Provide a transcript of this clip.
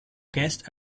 guest